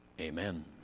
Amen